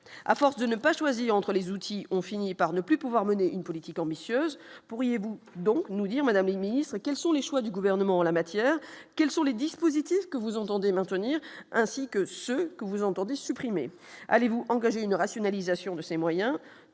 à force de ne pas choisir entre les outils, on finit par ne plus pouvoir mener une politique ambitieuse, pourriez-vous donc nous dire, Madame le Ministre, quels sont les choix du gouvernement en la matière, quels sont les dispositifs que vous entendez maintenir ainsi que ce que vous entendez allez-vous engager une rationalisation de ses moyens,